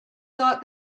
thought